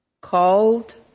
called